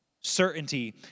Certainty